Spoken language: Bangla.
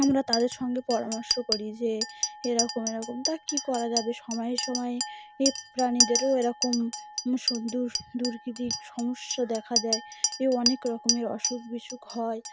আমরা তাদের সঙ্গে পরামর্শ করি যে এরকম এরকম তা কী করা যাবে সময়ে সময়ে এ প্রাণীদেরও এরকম সুন্দর দুতিনটি সমস্যা দেখা দেয় এও অনেক রকমের অসুখ বিসুখ হয়